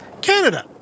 Canada